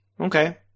okay